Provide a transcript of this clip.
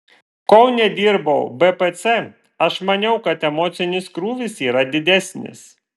kol nedirbau bpc aš maniau kad emocinis krūvis yra didesnis